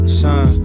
son